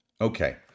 Okay